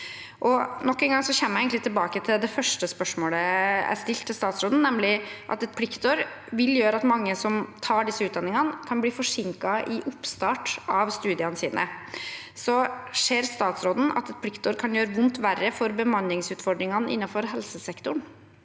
egentlig tilbake til det første spørsmålet jeg stilte statsråden, nemlig om at et pliktår vil gjøre at mange som tar disse utdanningene, kan bli forsinket i oppstarten av studiene sine. Ser statsråden at et pliktår kan gjøre vondt verre for bemanningsutfordringene innenfor helsesektoren?